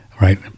right